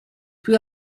più